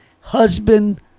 husband